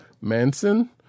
Manson